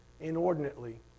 inordinately